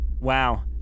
Wow